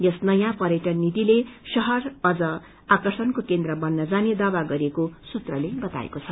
यस नयाँ पर्यटन नीतिले श्रहर अझ आकर्षणको केन्द्र बन्न जाने दावा गरिएको सूत्रले बताएको छ